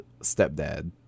stepdad